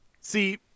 See